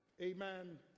Amen